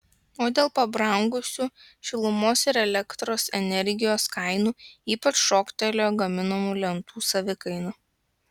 o dėl pabrangusių šilumos ir elektros energijos kainų ypač šoktelėjo gaminamų lentų savikaina